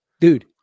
Dude